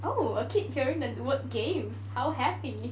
oh a kid hearing the word games how happy